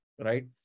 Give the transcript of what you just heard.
right